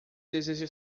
deseja